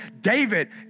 David